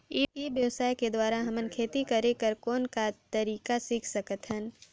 ई व्यवसाय के द्वारा हमन खेती करे कर कौन का तरीका सीख सकत हन?